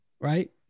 right